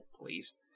please